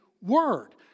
word